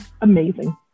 amazing